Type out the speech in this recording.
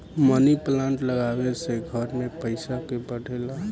मनी plant लागवे से घर में पईसा के बढ़ेला